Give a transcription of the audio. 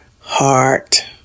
heart